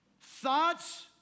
Thoughts